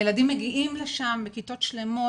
הילדים מגיעים לשם בכיתות שלמות,